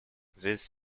this